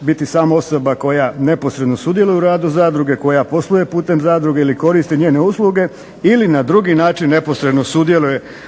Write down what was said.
biti samo osoba koja neposredno sudjeluje u radu zadruge, koja posluje putem zadruge, ili koristi njene usluge, ili na drugi način neposredno sudjeluje u ostvarenju